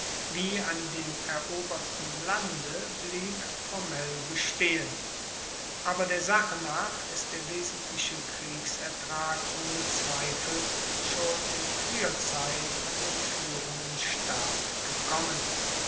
wie an dem eroberten lande blieb formell bestehen aber der sache nach ist der wesentliche kriegsertrag ohne zweifel schon in frueher zeit an den fuehrenden staat gekommen